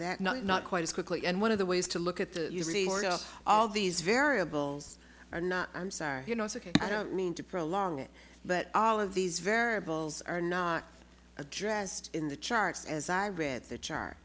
that night not quite as quickly and one of the ways to look at the all these variables are not i'm sorry i don't mean to prolong it but all of these variables are not addressed in the charts as i read the chart